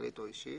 כלכלית או אישית,